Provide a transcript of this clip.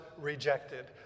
rejected